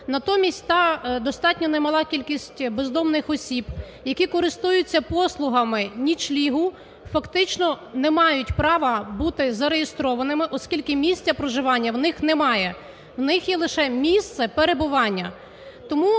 Натомість та достатньо немала кількість бездомних осіб, які користуються послугами нічлігу, фактично не мають права бути зареєстрованими, оскільки місця проживання у них немає. У них є лише місце перебування.